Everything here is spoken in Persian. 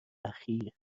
اخیر